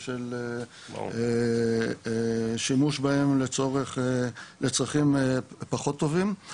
ושל שימוש בהם לצרכים פחות טובים,